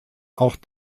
auch